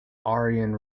ariane